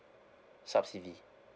subsidy